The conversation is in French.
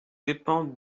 dépens